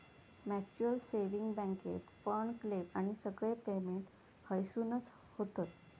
mutual saving बॅन्केत fund, claim आणि सगळे पेमेंट हयसूनच होतत